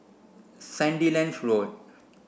Sandilands Road